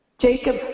Jacob